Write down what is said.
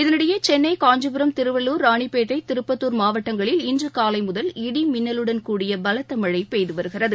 இதனிடையே சென்னை காஞ்சிபுரம் திருவள்ளூர் ராணிப்பேட்டை திருப்பத்தூர் மாவட்டங்களில் இன்று காலை முதல் இடி மின்னலுடன் கூடிய பலத்த மழை பெய்து வருகிறது